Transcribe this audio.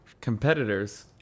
competitors